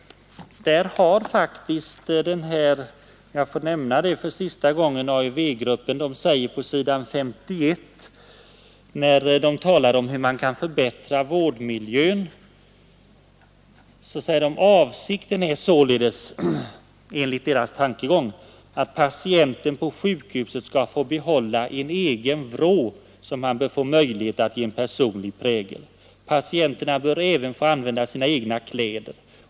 AÖV-gruppen anför på s. 51 i sin promemoria — om jag får nämna det för sista gången — hur man kan förbättra vårdmiljön: ”Avsikten är således att patienten på sjukhuset skall få behålla en ”egen vrå” som han bör få möjlighet att ge en personlig prägel. Patienterna bör även få använda sina egna kläder.